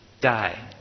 die